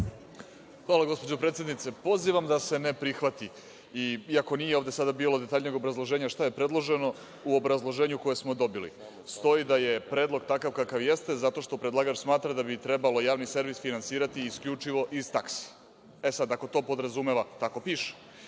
Hvala, gospođo predsednice. Pozivam da se ne prihvati, iako ovde nije bilo detaljnijeg obrazloženja šta je predloženo. U obrazloženju koje smo dobili stoji da je predlog takav kakav jeste zato što predlagač smatra da bi trebalo javni servis finansirati isključivo iz taksi. Ako to podrazumeva, tako piše,